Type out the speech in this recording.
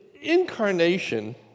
incarnation